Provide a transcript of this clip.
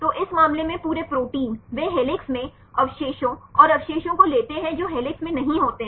तो इस मामले में पूरे प्रोटीन वे हेलिक्स में अवशेषों और अवशेषों को लेते हैं जो हेलिक्स में नहीं होते हैं